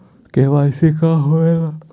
KYC का होवेला?